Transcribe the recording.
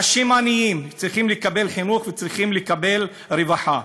אנשים עניים צריכים לקבל חינוך וצריכים לקבל רווחה.